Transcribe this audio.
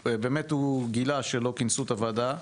הוא גילה שלא כינסו את הוועדה,